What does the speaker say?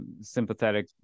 sympathetic